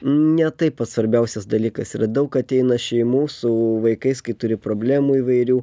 ne tai pats svarbiausias dalykas yra daug ateina šeimų su vaikais kai turi problemų įvairių